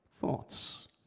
thoughts